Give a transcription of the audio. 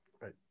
right